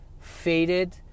faded